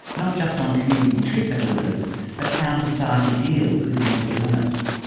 not just on community treatment orders but how society deals with mental illness.